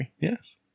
Yes